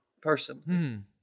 person